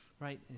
right